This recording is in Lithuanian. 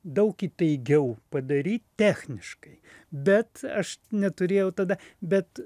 daug įtaigiau padaryt techniškai bet aš neturėjau tada bet